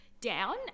down